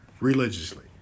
religiously